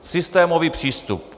Systémový přístup.